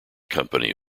company